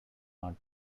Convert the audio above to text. not